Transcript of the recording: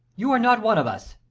you are not one of us.